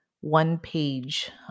one-page